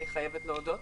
אני חייבת להודות.